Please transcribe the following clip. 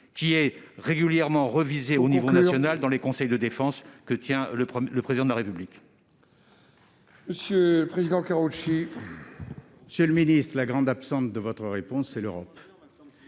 globale, régulièrement révisée au niveau national, dans les conseils de défense que tient le Président de la République.